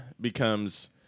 becomes